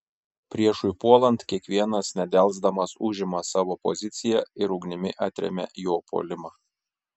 priešui puolant kiekvienas nedelsdamas užima savo poziciją ir ugnimi atremia jo puolimą